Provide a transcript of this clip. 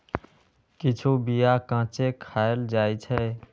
किछु बीया कांचे खाएल जाइ छै